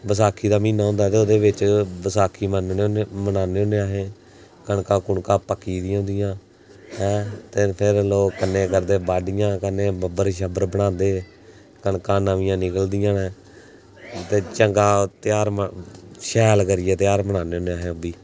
बसाखी दा म्हीना होंदा ते ओह्दे बिच्च बसाखी मन्नने होन्ने मनान्ने होन्ने अस कनकां कुनकां पक्की दियां होंदियां हैं ते फिर लोग कन्नै करदे बाड्डियां कन्नै बब्बर शब्बर बनांदे कनकां नमियां निकलदियां न ते चंगा तेहार शैल करियै तेहार मनांदे होन्ने अस ओह् बी